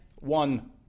one